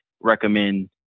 recommend